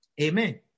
Amen